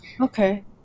okay